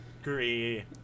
agree